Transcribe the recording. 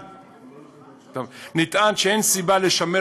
לא שהיא תפתור את